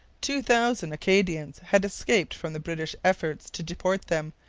two thousand acadians had escaped from the british efforts to deport them,